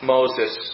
Moses